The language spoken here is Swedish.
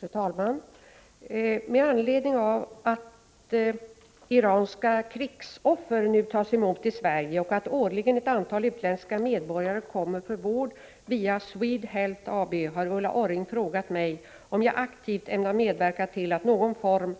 Fru talman! Med anledning av att iranska krigsoffer nu tas emot i Sverige och att årligen ett antal utländska medborgare kommer för vård via SwedeHealth AB har Ulla Orring frågat mig om jag aktivt ämnar medverka till att någon form